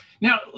Now